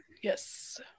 Yes